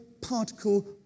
particle